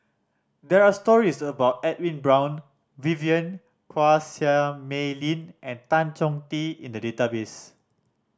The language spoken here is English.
there are stories about Edwin Brown Vivien Quahe Seah Mei Lin and Tan Chong Tee in the database